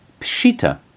Pshita